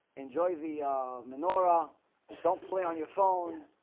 enjoy the menorah don't play on your phone.